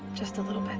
just a little